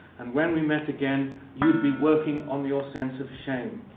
and when we met again, you'd be working on your sense of shame.